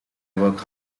work